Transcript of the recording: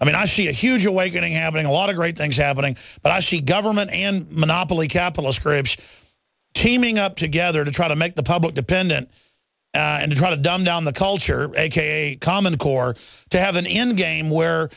i mean i see a huge awakening happening a lot of great things happening but i see government and monopoly capitalist groups teaming up together to try to make the public dependent and try to dumb down the culture aka common core to have an end game where